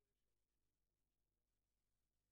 ויותר מזה, גם יש מישהי שיותר מפרטת, היא